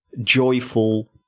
joyful